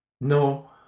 No